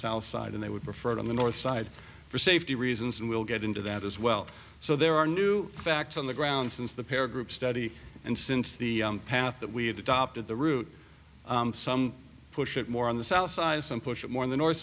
south side and they would refer to the north side for safety reasons and we'll get into that as well so there are new facts on the ground since the pair group study and since the path that we have adopted the route some push it more on the south side some push it more on the north